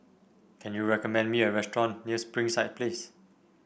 can you recommend me a restaurant near Springside Place